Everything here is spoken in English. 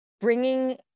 bringing